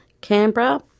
Canberra